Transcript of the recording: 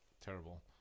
terrible